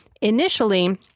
Initially